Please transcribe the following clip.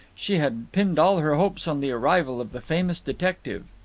she had pinned all her hopes on the arrival of the famous detective.